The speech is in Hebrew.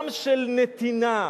גם של נתינה,